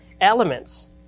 elements